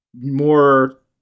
more